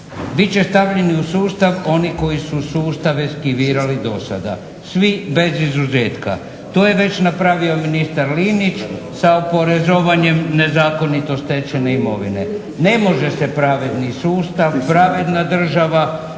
Bit će stavljeni u sustav oni koji su sustav eskivirali do sada. Svi bez izuzetka. To je već napravio ministar Linić sa oporezovanjem nezakonito stečene imovine. Ne može se pravedni sustav, pravedna država